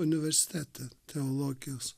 universitete teologijos